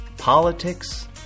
politics